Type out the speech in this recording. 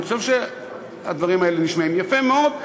אני חושב שהדברים האלה נשמעים יפה מאוד.